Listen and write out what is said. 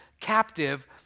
captive